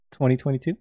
2022